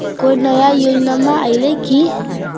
कोइ नया योजनामा आइले की?